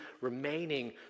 remaining